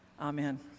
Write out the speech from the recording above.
Amen